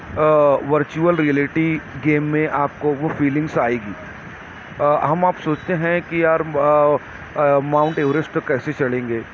virtual reality game میں آپ کو وہ فیلنگس آئے گی ہم آپ سوچتے ہیں کہ یار ماؤنٹ ایوریسٹ کیسے چڑھیں گے